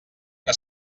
que